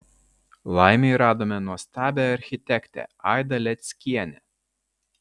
laimei radome nuostabią architektę aidą leckienę